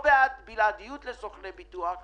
אדוני היושב-ראש,